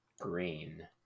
green